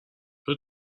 چرا